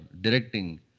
directing